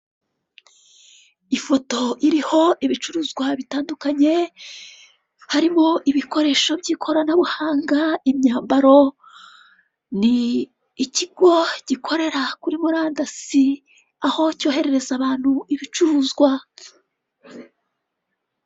Ifoto iriho ibicuruzwa bitandukanye harimo ibikoresho by'ikoranabuhanga, imyambaro, ni ikigo gikorera kuri murandasi aho cyohererereza abantu ibicuruzwa.